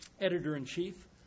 editor-in-chief